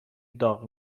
داغ